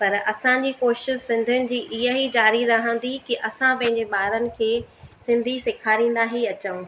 पर असांजी कोशिशि सिंधीयुनि जी ईअं ई जारी रहंदी कि असां पंहिंजे ॿारनि खे सिंधी सेखारींदा ई अचूं